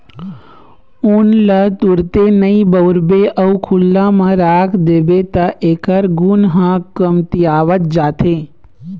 ऊन ल तुरते नइ बउरबे अउ खुल्ला म राख देबे त एखर गुन ह कमतियावत जाथे